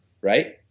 right